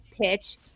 pitch